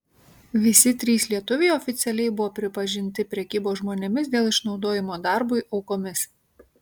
visi trys lietuviai oficialiai buvo pripažinti prekybos žmonėmis dėl išnaudojimo darbui aukomis